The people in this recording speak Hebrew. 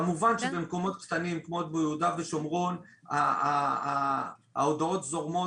כמובן שבמקומות קטנים כמו ביהודה ושומרון ההודעות זורמות